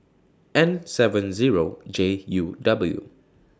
N seven Zero J U W